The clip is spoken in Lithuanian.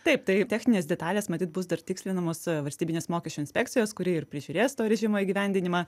taip tai techninės detalės matyt bus dar tikslinamos valstybinės mokesčių inspekcijos kuri ir prižiūrės to režimo įgyvendinimą